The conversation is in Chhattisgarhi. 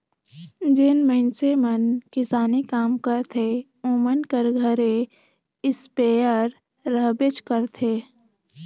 जेन मइनसे मन किसानी काम करथे ओमन कर घरे इस्पेयर रहबेच करथे